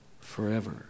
forever